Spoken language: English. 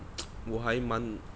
我还蛮